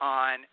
on